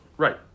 Right